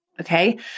Okay